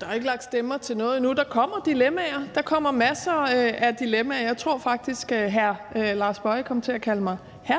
Der er jo ikke lagt stemmer til noget endnu. Der kommer dilemmaer – der kommer masser af dilemmaer. Jeg tror faktisk, hr. Lars Boje Mathiesen kom til at kalde mig hr.